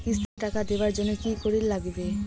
কিস্তি টা দিবার জন্যে কি করির লাগিবে?